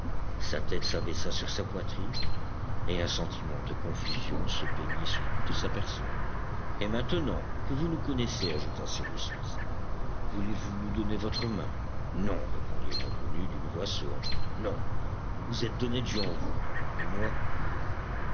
sa tête s'abaissa sur sa poitrine et un sentiment de confusion se peignit sur toute sa personne et maintenant que vous nous connaissez ajouta cyrus smith voulez-vous nous donner votre main non répondit l'inconnu d'une voix sourde non vous êtes d'honnêtes gens vous et moi